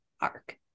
arc